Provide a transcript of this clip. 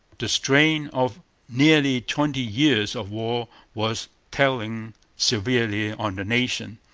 the strain of nearly twenty years of war was telling severely on the nation.